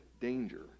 danger